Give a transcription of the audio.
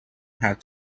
had